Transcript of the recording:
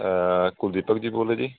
ਕੁਲਦੀਪਕ ਜੀ ਬੋਲ ਰਹੇ ਜੀ